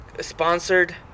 sponsored